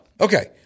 Okay